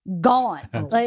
gone